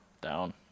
Down